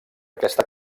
aquesta